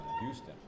Houston